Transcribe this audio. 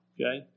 Okay